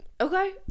okay